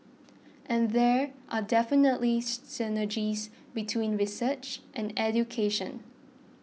and there are definitely synergies between research and education